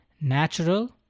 natural